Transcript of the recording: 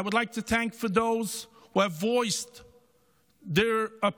I would like to thank those that have voiced their opinion,